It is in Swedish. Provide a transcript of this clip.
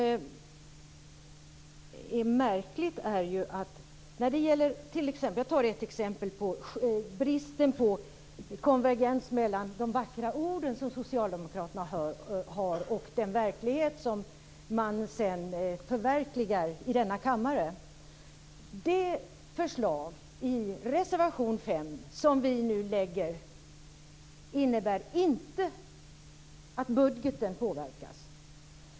Jag kan ta ett exempel på bristen på konvergens mellan de vackra orden som socialdemokraterna har och den verklighet som de sedan förverkligar i denna kammare. Det förslag som vi nu lägger fram i reservation 5 innebär inte att budgeten påverkas.